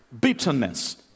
bitterness